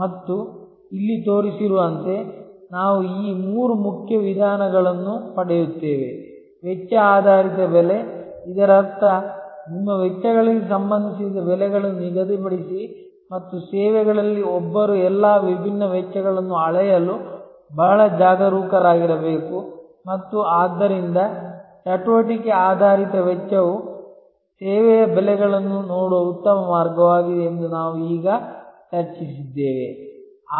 ಮತ್ತು ಇಲ್ಲಿ ತೋರಿಸಿರುವಂತೆ ನಾವು ಈ ಮೂರು ಮುಖ್ಯ ವಿಧಾನಗಳನ್ನು ಪಡೆಯುತ್ತೇವೆ ವೆಚ್ಚ ಆಧಾರಿತ ಬೆಲೆ ಇದರರ್ಥ ನಿಮ್ಮ ವೆಚ್ಚಗಳಿಗೆ ಸಂಬಂಧಿಸಿದ ಬೆಲೆಗಳನ್ನು ನಿಗದಿಪಡಿಸಿ ಮತ್ತು ಸೇವೆಗಳಲ್ಲಿ ಒಬ್ಬರು ಎಲ್ಲಾ ವಿಭಿನ್ನ ವೆಚ್ಚಗಳನ್ನು ಅಳೆಯಲು ಬಹಳ ಜಾಗರೂಕರಾಗಿರಬೇಕು ಮತ್ತು ಆದ್ದರಿಂದ ಚಟುವಟಿಕೆ ಆಧಾರಿತ ವೆಚ್ಚವು ಸೇವೆಯ ಬೆಲೆಗಳನ್ನು ನೋಡುವ ಉತ್ತಮ ಮಾರ್ಗವಾಗಿದೆ ಎಂದು ನಾವು ಈಗ ಚರ್ಚಿಸಿದ್ದೇವೆ